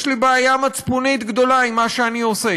יש לי בעיה מצפונית גדולה עם מה שאני עושה.